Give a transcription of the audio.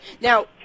Now